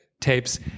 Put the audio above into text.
tapes